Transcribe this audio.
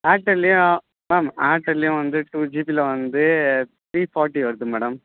ஏர்டெல்லையும் ma'am ஏர்டெல்லையும் வந்து டூஜிபியில வந்து த்ரீ ஃபாட்டி வருது மேடம்